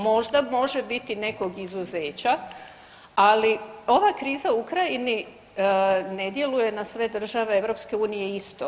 Možda može biti nekog izuzeća ali ova kriza u Ukrajini ne djeluje na sve države EU isto.